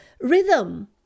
rhythm